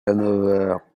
another